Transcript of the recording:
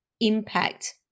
impact